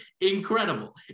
incredible